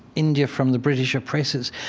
india from the british oppressors